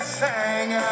sang